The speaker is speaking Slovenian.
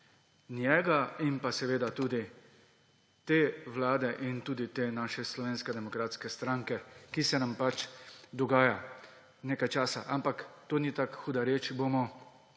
njega in pa seveda tudi te vlade in tudi te naše Slovenske demokratske stranke, ki se nam pač dogaja nekaj časa. Ampak to ni tako huda reč, bomo